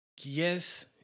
Yes